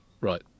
right